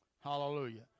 Hallelujah